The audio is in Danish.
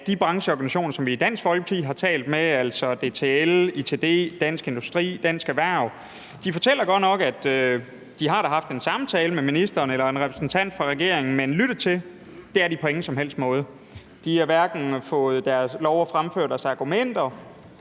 de brancheorganisationer, som vi i Dansk Folkeparti har talt med – altså DTL, ITD, Dansk Industri og Dansk Erhverv – at de da har haft en samtale med ministeren eller en repræsentant fra regeringen, men lyttet til er de på ingen som helst måde. De har ikke fået lov at fremføre deres argumenter,